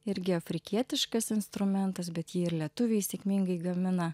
irgi afrikietiškas instrumentas bet jį ir lietuviai sėkmingai gamina